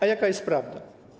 A jaka jest prawda?